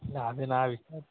இல்லை அது நான் விசாரித்து